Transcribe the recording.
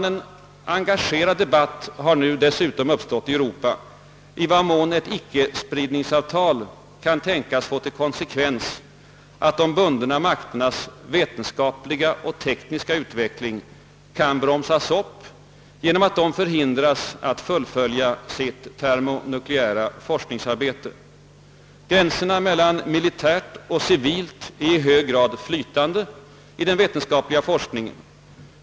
En engagerad debatt har nu uppstått i Europa om i vad mån ett icke-spridningsavtal kan tänkas få till konsekvens att de bundna makternas vetenskapliga och tekniska utveckling bromsas upp genom att de förhindras att fullfölja sitt termo-nukleära forskningsarbete. Gränserna mellan militärt och civilt är i hög grad flytande i den vetenskapliga forskningen.